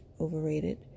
overrated